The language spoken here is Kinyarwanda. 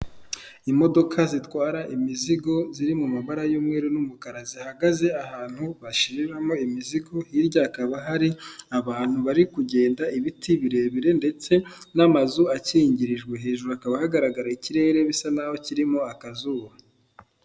Imodoka zitwara imizigo ziri mu mabara y'umweru n'umukara, zihagaze ahantu bashiriramo imizigo; hirya hakaba hari abantu bari kugenda, ibiti birebire ndetse n'amazu akingirijwe; hejuru hakaba hagaragara ikirere bisa naho kirimo akazuba.